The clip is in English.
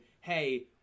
hey